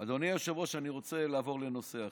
אדוני היושב-ראש, אני רוצה לעבור לנושא אחר.